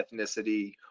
ethnicity